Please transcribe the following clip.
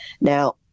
Now